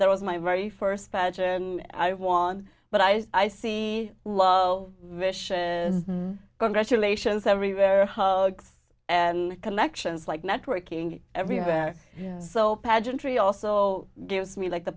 that was my very first batch and i won but i i see love misha congratulations everywhere hugs and connections like networking everywhere so pageantry also gives me like the